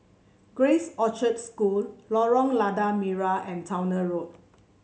Grace Orchard School Lorong Lada Merah and Towner Road